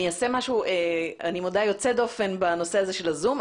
אני אעשה משהו יוצא דופן בנושא הזה של ה-זום.